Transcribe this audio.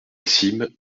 cîme